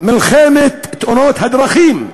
מלחמת תאונות הדרכים.